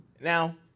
Now